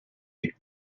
you